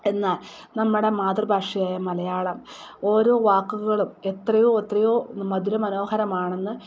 എന്നാൽ നമ്മുടെ മാതൃഭാഷയായ മലയാളം ഓരോ വാക്കുകളും എത്രയോ എത്രയോ മധുരമനോഹരമാണെന്ന്